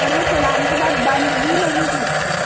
और वो चलाने के बाद बंद भी नहीं करते